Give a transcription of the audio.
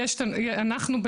אנחנו,